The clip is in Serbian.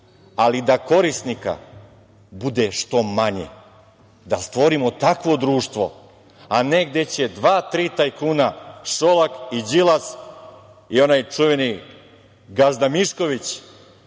ali da korisnika bude što manje, da stvorimo takvo društvo, a ne gde će dva, tri tajkuna, Šolak i Đilas i onaj čuveni gazda Mišković